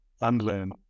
unlearn